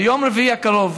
ביום רביעי הקרוב,